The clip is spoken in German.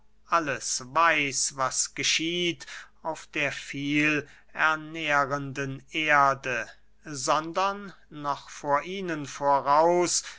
alles weiß was geschieht auf der vielernährenden erde sondern noch vor ihnen voraus